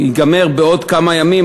הוא יגיע בעוד כמה ימים,